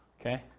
Okay